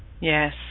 Yes